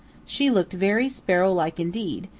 she looked very sparrow-like indeed,